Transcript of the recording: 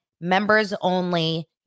members-only